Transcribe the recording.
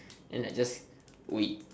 then I just we